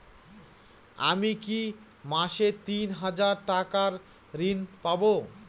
আমি কি মাসে তিন হাজার টাকার ঋণ পাবো?